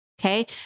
Okay